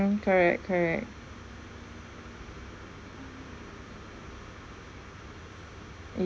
mm correct correct